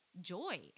joy